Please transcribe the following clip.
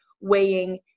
weighing